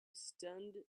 stunned